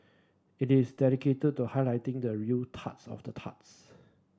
it is dedicated to highlighting the real turds of turds